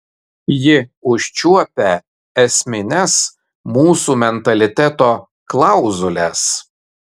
ji užčiuopia esmines mūsų mentaliteto klauzules